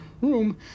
room